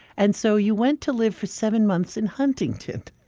and so you went to live for seven months in huntington.